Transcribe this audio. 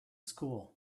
school